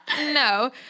no